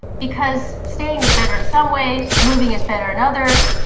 because staying is better in some ways, moving is better in others,